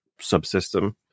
subsystem